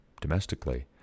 domestically